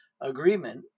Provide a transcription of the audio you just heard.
agreement